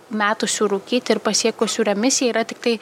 metusių rūkyti ir pasiekusių remisiją yra tiktai